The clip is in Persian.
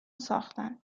ساختن